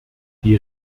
die